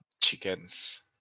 chickens